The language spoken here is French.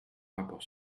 rapport